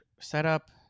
setup